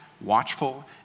watchful